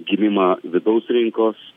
gimimą vidaus rinkos